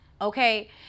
Okay